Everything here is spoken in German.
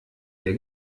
der